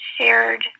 shared